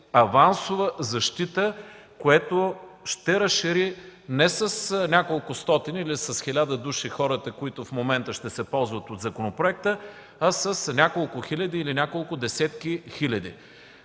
авансова защита, което ще разшири не с няколкостотин или с хиляда души хората, които в момента ще се ползват от законопроекта, а с няколко хиляди или няколко десетки хиляди.